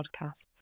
podcast